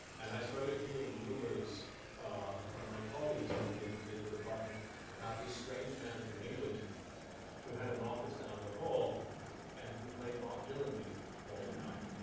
and i started hearing rumors from my colleagues in in the department about this strange man from england who had an office down the hall and who paid bob dylan music all the time.